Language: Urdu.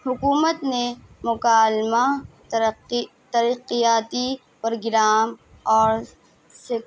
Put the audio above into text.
حکومت نے مکالمہ ترقی ترقیاتی پرگرام اور سکھ